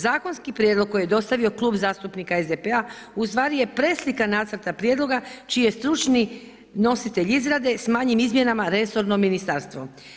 Zakonski prijedlog koji je dostavio Klub zastupnika SDP-a, u stvari je preslika nacrta prijedloga, čiji je stručni nositelj izmjene, s manjim izmjenama resorno ministarstvo.